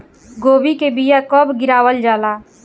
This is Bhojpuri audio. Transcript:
गोभी के बीया कब गिरावल जाला?